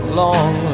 long